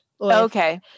okay